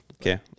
okay